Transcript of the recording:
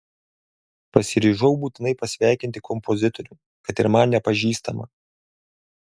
pasiryžau būtinai pasveikinti kompozitorių kad ir man nepažįstamą